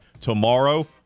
Tomorrow